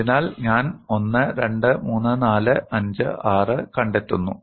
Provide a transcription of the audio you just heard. അതിനാൽ ഞാൻ 1 2 3 4 5 6 കണ്ടെത്തുന്നു